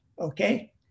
okay